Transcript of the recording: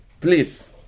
Please